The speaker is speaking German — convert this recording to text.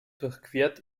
durchquert